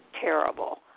terrible